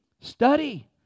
Study